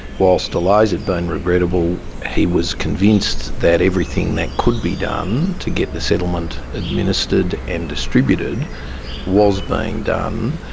whilst delays had been regrettable, he was convinced that everything that could be done to get the settlement administered and distributed was being done,